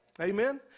Amen